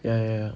ya ya ya